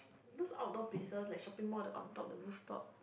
those outdoor places like shopping mall the on top the rooftop